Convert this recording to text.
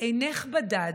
"אינך בדד.